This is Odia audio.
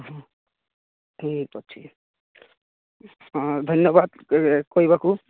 ହଁ ଠିକ୍ ଅଛି ହଁ ଧନ୍ୟବାଦ କ କହିବାକୁ